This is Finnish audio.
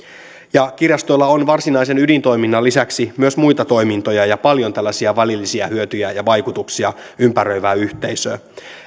kirjastoilla on varsinaisen ydintoiminnan lisäksi myös muita toimintoja ja paljon tällaisia välillisiä hyötyjä ja vaikutuksia ympäröivään yhteisöön